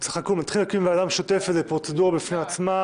להתחיל להקים ועדה משותפת זו פרוצדורה בפני עצמה,